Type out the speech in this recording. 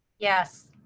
yes.